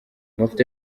amavuta